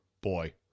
boy